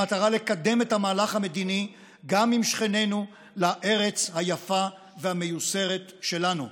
במטרה לקדם את המהלך המדיני גם עם שכנינו לארץ היפה והמיוסרת שלנו.